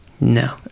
No